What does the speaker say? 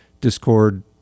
Discord